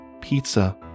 pizza